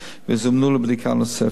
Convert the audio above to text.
וזומנו לבדיקה נוספת.